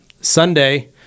Sunday